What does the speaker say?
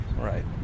Right